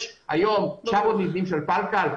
יש היום 900 מבנים חשודים של פלקל,